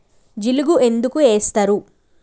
జిలుగు ఎందుకు ఏస్తరు?